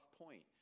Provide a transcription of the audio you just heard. point